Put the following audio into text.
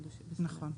נכון.